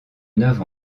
neuf